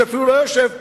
שאפילו לא יושב פה,